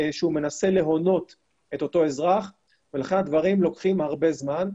שהוא מנסה להונות את אותו אזרח ולכן הדברים לוקחים הרבה זמן.